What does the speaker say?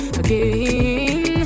again